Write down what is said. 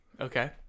Okay